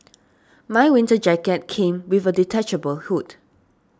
my winter jacket came with a detachable hood